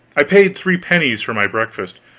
i paid three pennies for my breakfast,